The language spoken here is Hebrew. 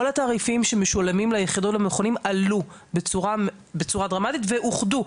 כל התעריפים המשולמים ליחידות ולמכונים עלו בצורה דרמטית ואוחדו.